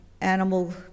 animal